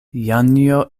janjo